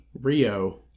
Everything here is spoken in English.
Rio